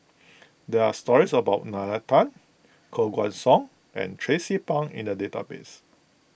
there are stories about Nalla Tan Koh Guan Song and Tracie Pang in the database